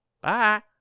Bye